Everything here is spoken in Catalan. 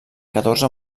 catorze